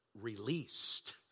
Released